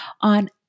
on